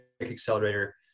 Accelerator